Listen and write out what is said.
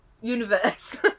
Universe